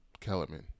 Kellerman